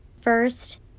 First